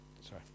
Sorry